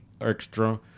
extra